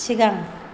सिगां